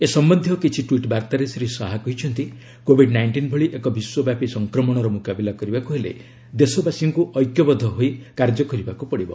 ଏ ସମ୍ଭନ୍ଧୀୟ କିଛି ଟ୍ପିଟ୍ ବାର୍ତ୍ତାରେ ଶ୍ରୀ ଶାହା କହିଛନ୍ତି କୋବିଡ୍ ନାଇଷ୍ଟିନ୍ ଭଳି ଏକ ବିଶ୍ୱବ୍ୟାପୀ ସଫ୍ରକ୍ରମଣର ମୁକାବିଲା କରିବାକୁ ହେଲେ ଦେଶବାସୀଙ୍କୁ ଐକ୍ୟବଦ୍ଧ ହୋଇ କାର୍ଯ୍ୟ କରିବାକୁ ପଡ଼ିବ